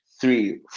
three